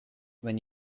when